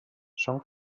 són